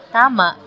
tama